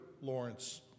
Lawrence